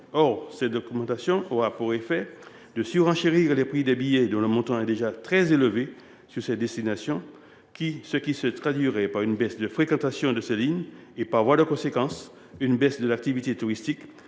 Or cette augmentation aurait pour effet de renchérir le prix des billets, dont le montant est déjà très élevé, sur ces destinations, ce qui se traduirait par une baisse de fréquentation de ces lignes et, par voie de conséquence, par une diminution de l’activité touristique,